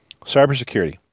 Cybersecurity